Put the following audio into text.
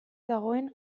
dagoen